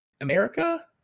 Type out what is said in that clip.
America